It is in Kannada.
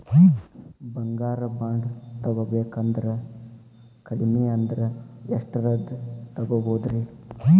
ಬಂಗಾರ ಬಾಂಡ್ ತೊಗೋಬೇಕಂದ್ರ ಕಡಮಿ ಅಂದ್ರ ಎಷ್ಟರದ್ ತೊಗೊಬೋದ್ರಿ?